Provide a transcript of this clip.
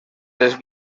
les